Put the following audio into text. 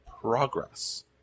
Progress